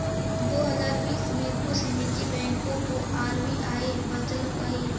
दो हजार बीस में कुछ निजी बैंकों को आर.बी.आई बचलकइ